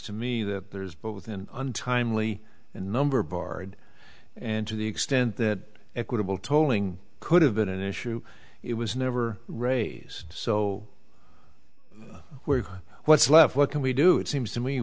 to me that there is but within untimely a number barred and to the extent that equitable tolling could have been an issue it was never raised so where what's left what can we do it seems to me